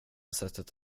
sättet